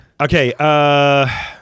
Okay